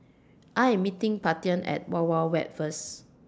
I Am meeting Paityn At Wild Wild Wet First